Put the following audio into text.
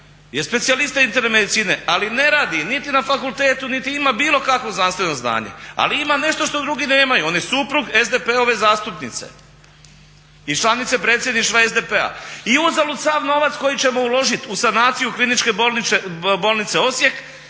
je specijalista interne medicine ali ne radi niti na fakultetu niti ima bilo kakvo znanstveno znanje ali ima nešto što drugi nemaju, on je suprug SDP-ove zastupnice i članice predsjedništva SDP-a. I uzalud sav novac koji ćemo uložiti u sanaciju Kliničke bolnice Osijek